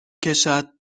کشد